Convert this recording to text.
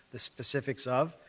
the specifics of,